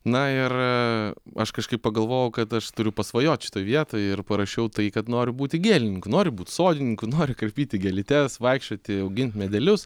na ir aš kažkaip pagalvojau kad aš turiu pasvajot šitoj vietoj ir parašiau tai kad noriu būti gėlininku noriu būt sodininku noriu karpyti gėlytes vaikščioti augint medelius